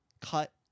cut